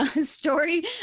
story